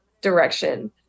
direction